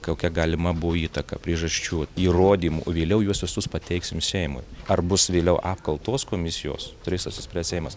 kokia galima buvo įtaka priežasčių įrodymų vėliau juos visus pateiksim seimui ar bus vėliau apkaltos komisijos turės apsispręst seimas